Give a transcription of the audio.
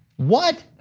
what?